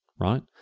right